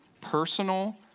Personal